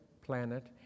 planet